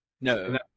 No